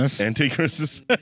Anti-Christmas